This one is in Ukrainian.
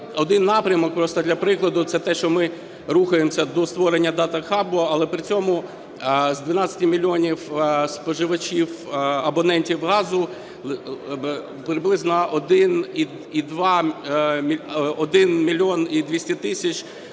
один напрямок, просто для прикладу, це те, що ми рухаємося до створення DataHub, але при цьому з 12 мільйонів споживачів абонентів газу приблизно 1 мільйон і 200 тисяч